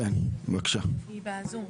בזום.